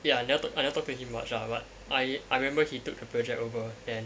ya now but I never talk to him much lah but I I remember he took the project over